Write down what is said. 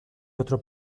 otro